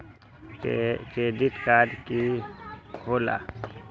Credit card की होला?